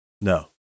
No